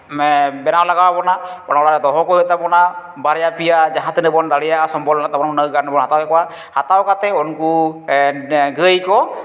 ᱵᱮᱱᱟᱣ ᱞᱟᱜᱟᱣ ᱵᱚᱱᱟ ᱚᱱᱟ ᱚᱲᱟᱜ ᱨᱮ ᱫᱚᱦᱚ ᱠᱚ ᱦᱩᱭᱩᱜ ᱛᱟᱵᱚᱱᱟ ᱵᱟᱨᱭᱟ ᱯᱮᱭᱟ ᱡᱟᱦᱟᱸ ᱛᱤᱱᱟᱹᱜ ᱵᱚᱱ ᱫᱟᱲᱮᱭᱟᱜ ᱥᱚᱢᱵᱚᱞ ᱢᱮᱱᱟᱜ ᱛᱟᱵᱚᱱ ᱩᱱᱟᱹᱜ ᱜᱟᱱ ᱵᱚᱱ ᱦᱟᱛᱟᱣ ᱠᱮᱠᱚᱣᱟ ᱦᱟᱛᱟᱣ ᱠᱟᱛᱮᱫ ᱩᱱᱠᱩ ᱜᱟᱹᱭ ᱠᱚ